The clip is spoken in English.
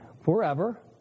forever